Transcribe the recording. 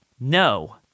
No